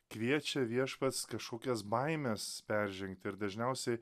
kviečia viešpats kažkokias baimes peržengt ir dažniausiai